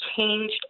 changed